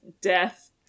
death